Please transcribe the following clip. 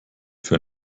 für